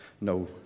No